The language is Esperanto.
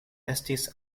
estis